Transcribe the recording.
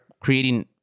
creating